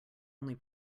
only